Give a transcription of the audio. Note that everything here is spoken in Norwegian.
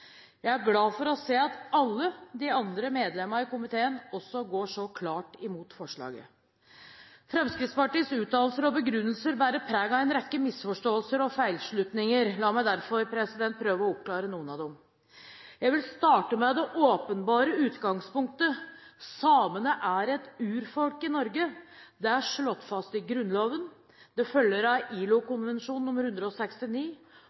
Jeg er glad for å se at alle de andre medlemmene i komiteen også går så klart imot forslaget. Fremskrittspartiets uttalelser og begrunnelser bærer preg av en rekke misforståelser og feilslutninger. La meg derfor prøve å oppklare noen av dem. Jeg vil starte med det åpenbare utgangspunktet: Samene er et urfolk i Norge. Det er slått fast i Grunnloven, det følger av ILO-konvensjon nr. 169,